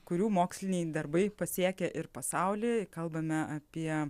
kurių moksliniai darbai pasiekia ir pasaulį kalbame apie